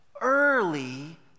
Early